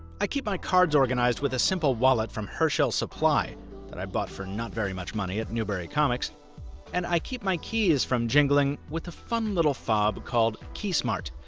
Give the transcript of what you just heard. i keep my cards organized with a simple wallet from herschel supply that i bought for not very much money at newbury comics and i keep my keys from jingling with a fun little fob called keysmart.